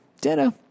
Dinner